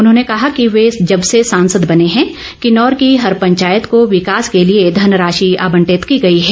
उन्होंने कहा कि वे जबसे सांसद बने हैं किन्नौर की हर पंचायत को विकास को लिए धनराशि आबंटित की गई है